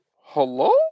hello